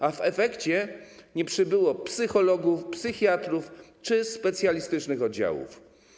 A w efekcie nie przybyło psychologów, psychiatrów czy specjalistycznych oddziałów.